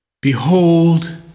Behold